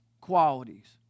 qualities